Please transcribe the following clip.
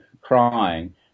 crying